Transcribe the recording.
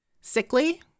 sickly